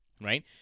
right